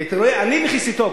כי תראה עני וכיסיתו.